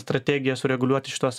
strategija sureguliuoti šituos